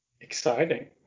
Exciting